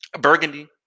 Burgundy